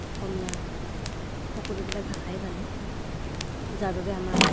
অসমীয়া সকলোবিলাক ভাষাই জানে যাৰ বাবে আমাৰ